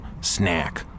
Snack